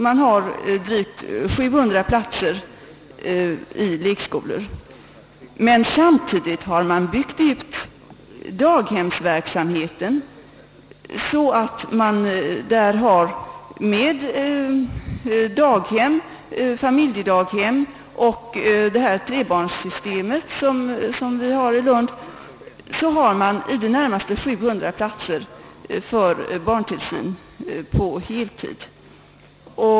Man har drygt 700 platser i dessa lekskolor. Men samtidigt har man byggt ut daghemsverksamheten så att man där inklusive familjedaghem och trebarnssystem har i det närmaste 700 platser för barntillsyn på heltid.